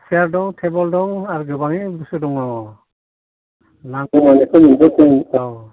सियार दं टेबोल दं आरो गोबाङैनो बुस्थु दङ नांगौफोरखौ मोनजोबगोन औ